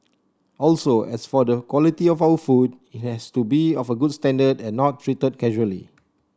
also as for the quality of our food it has to be of a good standard and not treated casually